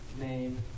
name